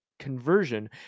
conversion